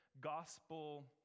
gospel